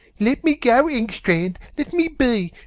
let me go, engstrand let me be.